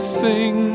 sing